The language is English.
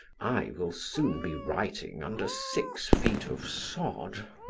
i will soon be writing under six feet of sod.